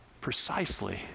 precisely